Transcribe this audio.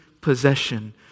possession